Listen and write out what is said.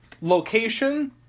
location